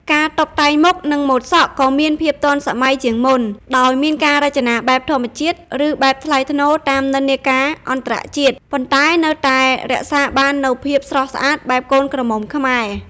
ការតុបតែងមុខ និងម៉ូតសក់ក៏មានភាពទាន់សម័យជាងមុន ដោយមានការរចនាបែបធម្មជាតិ ឬបែបថ្លៃថ្នូរតាមនិន្នាការអន្តរជាតិ ប៉ុន្តែនៅតែរក្សាបាននូវភាពស្រស់ស្អាតបែបកូនក្រមុំខ្មែរ ។